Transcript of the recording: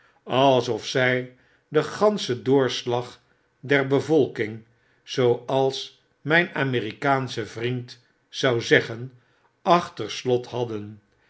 alsof zy den ganschen doorslag der bevolking zooals myn amerikaansche vnend zou zeggen achter slot hadden